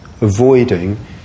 avoiding